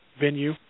venue